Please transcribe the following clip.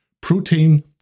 protein